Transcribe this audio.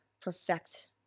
perfect